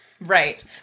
right